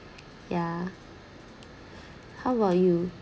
yeah how about you